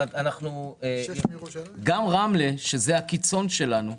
גם רמלה, שזה הקיצון שלנו,